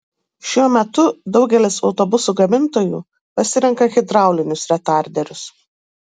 šiuo metu daugelis autobusų gamintojų pasirenka hidraulinius retarderius